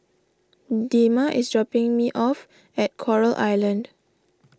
Dema is dropping me off at Coral Island